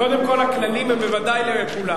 קודם כול, הכללים הם בוודאי לכולם.